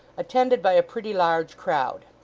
attended by a pretty large crowd,